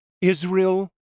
Israel